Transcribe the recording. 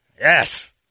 Yes